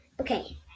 Okay